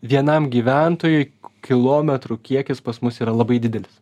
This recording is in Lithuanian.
vienam gyventojui kilometrų kiekis pas mus yra labai didelis